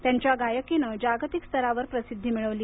त्यांच्या गायकीनं जागतिक स्तरावर प्रसिद्धी मिळवली